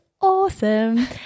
awesome